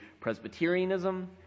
Presbyterianism